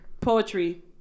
Poetry